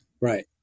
Right